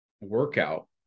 workout